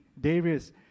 Darius